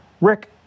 Rick